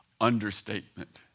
understatement